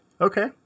Okay